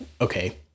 Okay